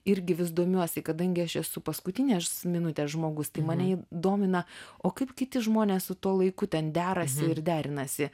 irgi vis domiuosi kadangi aš esu paskutinės minutės žmogus tai mane domina o kaip kiti žmonės su tuo laiku ten derasi ir derinasi